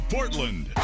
Portland